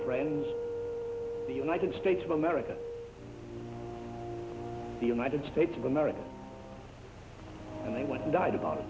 friends the united states of america the united states of america and they went and died about